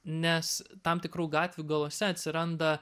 nes tam tikrų gatvių galuose atsiranda